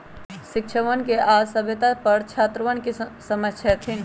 शिक्षकवन आज साम्यता पर छात्रवन के समझय थिन